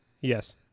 Yes